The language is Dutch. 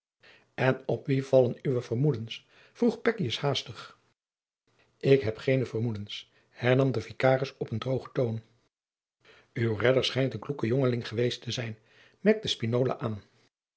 en op wie vallen uwe vermoedens vroeg pekkius haastig ik heb geene vermoedens hernam de vicaris op een droogen toon uw redder schijnt een kloeke jongeling geweest te zijn merkte spinola aan